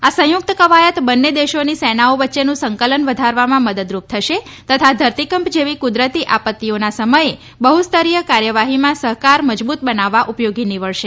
આ સંયુક્ત કવાયત બંને દેશોની સેનાઓ વચ્ચેનું સંકલન વધારવામાં મદદરૂપ થશે તથા ધરતીકંપ જેવી કુદરતી આપત્તિઓના સમયે બહ્સ્તરીય કાર્યવાહીમાં સહકાર મજબૂત બનાવવા ઉપયોગી નીવડશે